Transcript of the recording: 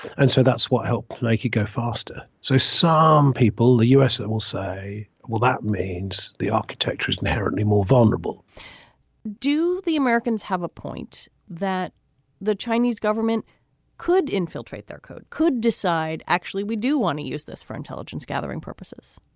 and so that's what help make you go faster. so some people, the u s. will say, well, that means the architecture is inherently more vulnerable do the americans have a point that the chinese government could infiltrate their code, could decide? actually, we do want to use this for intelligence gathering purposes